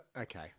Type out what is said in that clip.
okay